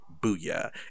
Booyah